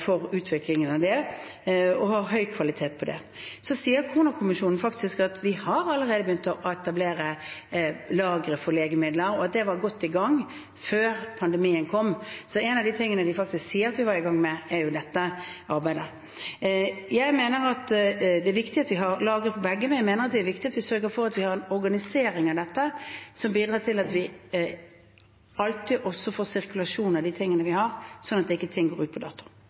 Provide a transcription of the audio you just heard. for utviklingen av det, og som har høy kvalitet på det. Så sier koronakommisjonen faktisk at vi allerede har begynt å etablere lagre for legemidler, og at det var godt i gang før pandemien kom. En av tingene de faktisk sier vi var i gang med, er jo dette arbeidet. Jeg mener det er viktig at vi har lagre for begge, men det er viktig at vi sørger for at vi har en organisering av dette, som bidrar til at vi alltid også får sirkulasjon av de tingene vi har, sånn at ting ikke går ut på dato.